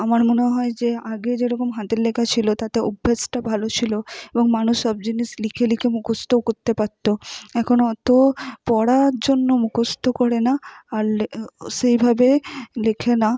আমার মনে হয় যে আগে যেরকম হাতের লেখা ছিল তাতে অভ্যেসটা ভালো ছিল এবং মানুষ সব জিনিস লিখে লিখে মুখস্থও করতে পারত এখন অত পড়ার জন্য মুখস্থ করে না আর লে সেইভাবে লেখে না